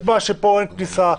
ותעשה את זה.